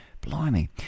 Blimey